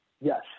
Yes